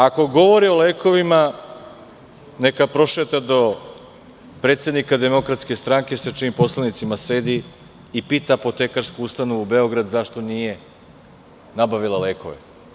Ako je govorio o lekovima neka prošeta do predsednika DS sa čijim poslanicima sedi i pita apotekarsku ustanovu „Beograd“ zašto nije nabavila lekove.